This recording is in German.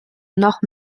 noch